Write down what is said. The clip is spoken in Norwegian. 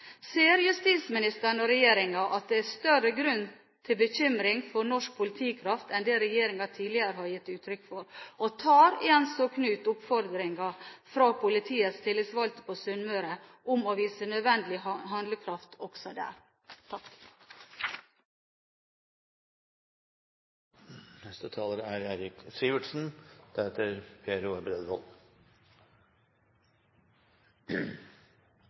Ser justisministeren og regjeringa at det er større grunn til bekymring for norsk politikraft enn det regjeringa tidligere har gitt uttrykk for? Og tar Jens og Knut oppfordringen fra politiets tillitsvalgte på Sunnmøre om å vise nødvendig handlekraft også